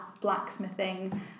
blacksmithing